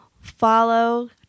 follow